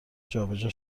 جابجا